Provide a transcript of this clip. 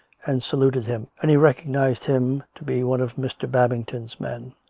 and saluted him, and he recognised him to be one of mr. babington's men.